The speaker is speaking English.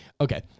Okay